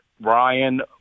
Ryan